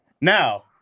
Now